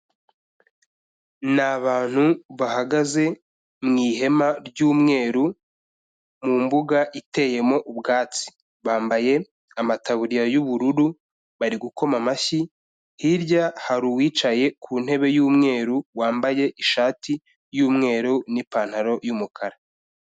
Ni abantu bahagaze mu ihema ry'umweru mu mbuga iteyemo ubwatsi, bambaye amataburiya y'ubururu bari gukoma amashyi, hirya hari uwicaye ku ntebe y'umweru wambaye ishati y'umweru n'ipantaro y'umukara.